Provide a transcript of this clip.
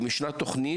אם ישנה תוכנית,